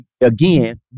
again